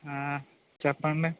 చెప్పండి